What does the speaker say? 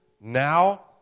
now